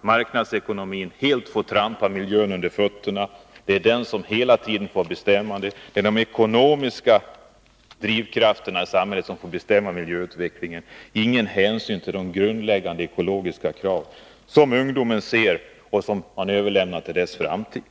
Marknadsekonomin får helt trampa miljön under fötterna. De ekonomiska drivkrafterna i samhället får bestämma miljöutvecklingen. Inga hänsyn tas till de grundläggande ekologiska krav som ungdomen ser och som man överlämnar till dess framtid.